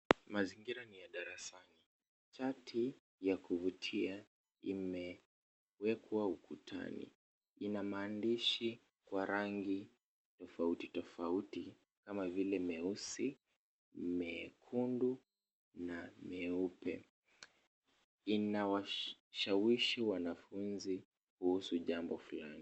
Mazingira ni ya darasani. Chati ya kuvutia imewekwa ukutani. Ina maandishi wa rangi tofauti tofauti kama vile meusi, mekundu na meupe. Inawashawishi wanafunzi kuhusu jambo fulani.